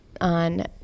on